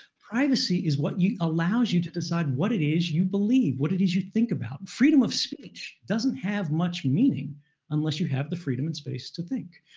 privacy is what allows you to decide what it is you believe, what it is you think about. freedom of speech doesn't have much meaning unless you have the freedom and space to think.